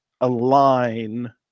align